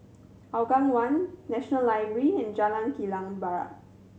Hougang One National Library and Jalan Kilang Barat